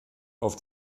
auf